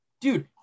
dude